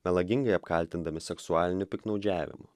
melagingai apkaltindami seksualiniu piktnaudžiavimu